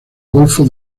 golfo